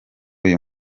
uyu